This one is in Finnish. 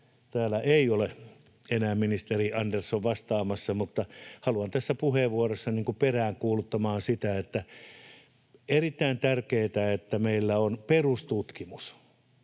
täällä ei ole enää ministeri Andersson vastaamassa. Mutta haluan tässä puheenvuorossa peräänkuuluttaa sitä, että on erittäin tärkeätä, että meillä on perustutkimus,